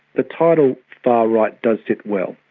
the title far right does sit well.